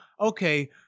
Okay